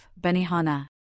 Benihana